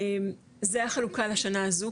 זה החלוקה לשנה הזו,